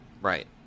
Right